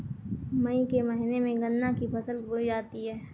मई के महीने में गन्ना की फसल बोई जाती है